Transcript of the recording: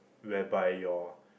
whereby your